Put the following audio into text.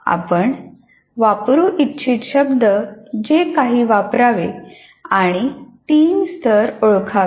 आपण वापरू इच्छित शब्द जे काही वापरावे आणि तीन स्तर ओळखावेत